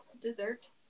dessert